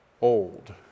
old